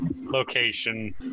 location